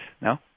No